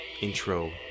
intro